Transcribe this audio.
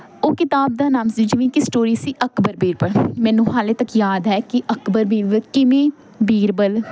ਉਹ ਕਿਤਾਬ ਦਾ ਨਾਮ ਸੀ ਜਿਵੇਂ ਕਿ ਸਟੋਰੀ ਸੀ ਅਕਬਰ ਬੀਰਬਲ ਮੈਨੂੰ ਹਾਲੇ ਤੱਕ ਯਾਦ ਹੈ ਕਿ ਅਕਬਰ ਬੀਰਬਲ ਕਿਵੇਂ ਬੀਰਬਲ